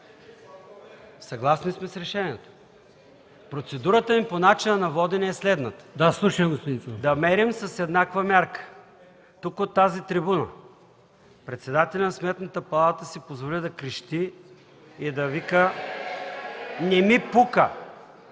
Съгласни сме с решението. Процедурата ми по начина на водене е следната: да мерим с еднаква мярка. Тук, от тази трибуна, председателят на Сметната палата си позволи да крещи и да вика „Не ми пука”.